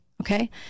okay